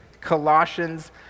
Colossians